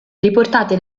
riportate